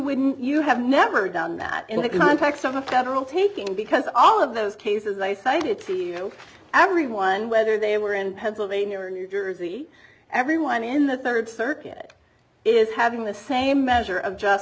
would you have never done that in the context of a federal taking because all of those cases i cited to everyone whether they were in pennsylvania or new jersey everyone in the third circuit is having the same measure of just